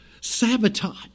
Sabotage